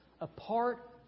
apart